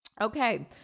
Okay